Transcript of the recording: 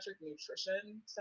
nutrition